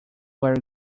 are